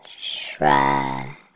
try